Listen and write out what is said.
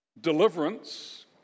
deliverance